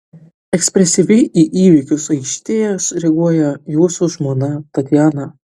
ekspresyviai į įvykius aikštėje reaguoja jūsų žmona tatjana